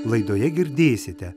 laidoje girdėsite